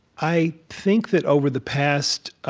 i think that over the past ah